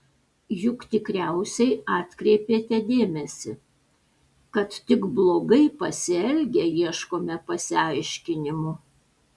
juk tikriausiai atkreipėte dėmesį kad tik blogai pasielgę ieškome pasiaiškinimų